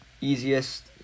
easiest